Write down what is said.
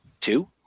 Two